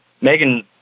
Megan